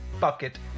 bucket